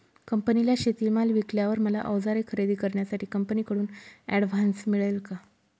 कंपनीला शेतीमाल विकल्यावर मला औजारे खरेदी करण्यासाठी कंपनीकडून ऍडव्हान्स मिळेल का?